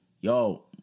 yo